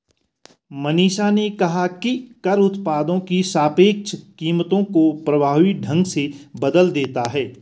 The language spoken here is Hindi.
मनीषा ने कहा कि कर उत्पादों की सापेक्ष कीमतों को प्रभावी ढंग से बदल देता है